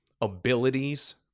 abilities